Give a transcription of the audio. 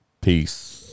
Peace